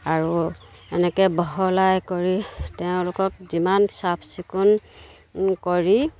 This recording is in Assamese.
আৰু এনেকৈ বহলাই কৰি তেওঁলোকক যিমান চাফ চিকুণ কৰি